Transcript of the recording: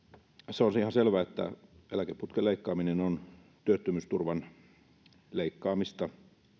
se on ihan selvää että eläkeputken leikkaaminen on työttömyysturvan leikkaamista